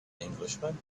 englishman